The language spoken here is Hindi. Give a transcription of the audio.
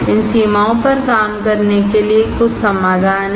इन सीमाओं पर काम करने के लिए कुछ समाधान हैं